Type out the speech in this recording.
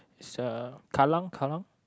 is a Kallang Kallang